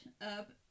up